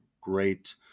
great